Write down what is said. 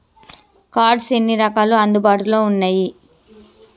Cards ఎన్ని రకాలు అందుబాటులో ఉన్నయి?